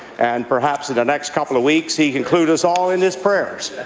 and perhaps in the next couple of weeks, he'll include us all in his prayers.